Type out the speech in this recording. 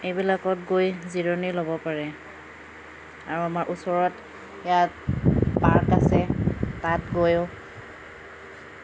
এইবিলাকত গৈ জিৰণি ল'ব পাৰে আৰু আমাৰ ওচৰত ইয়াত পাৰ্ক আছে তাত গৈয়ো